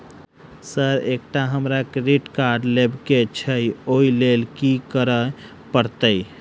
Sir एकटा हमरा credit card लेबकै छैय ओई लैल की करऽ परतै?